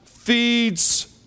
Feeds